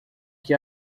que